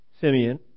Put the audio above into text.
Simeon